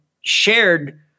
shared